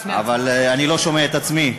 אבל אני לא שומע את עצמי.